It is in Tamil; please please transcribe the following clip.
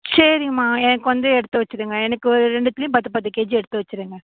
சரிங்கம்மா எனக்கு வந்து எடுத்து வச்சுருங்க எனக்கு ஒரு ரெண்டுத்துலேயும் பத்து பத்து கேஜி எடுத்து வச்சுருங்க